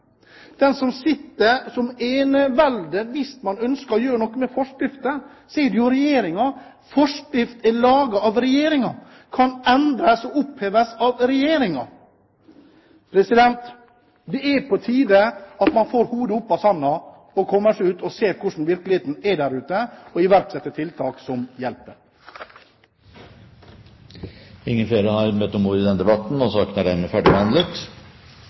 som er eneveldig, hvis man ønsker å gjøre noe med forskriften, er jo Regjeringen. Forskriften er laget av Regjeringen, kan endres og oppheves av Regjeringen. Det er på tide at man får hodet opp av sanden og kommer seg ut for å se hvordan virkeligheten er der ute, og iverksetter tiltak som hjelper. Flere har ikke bedt om ordet